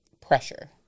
pressure